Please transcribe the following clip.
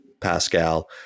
Pascal